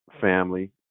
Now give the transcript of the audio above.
family